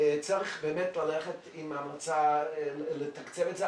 צריך באמת ללכת עם ההמלצה לתקצב את זה.